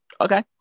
Okay